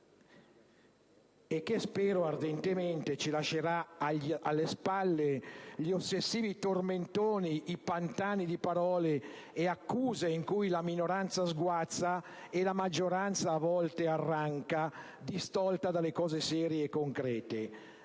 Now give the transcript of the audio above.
e che, spero ardentemente, ci lascerà alle spalle gli ossessivi tormentoni, i pantani di parole ed accuse in cui la minoranza sguazza e la maggioranza a volte arranca, distolta dalle cose serie e concrete.